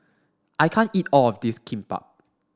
I can't eat all of this Kimbap